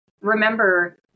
remember